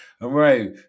right